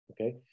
Okay